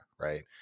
right